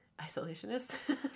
isolationist